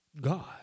God